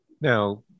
Now